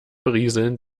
berieseln